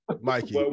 Mikey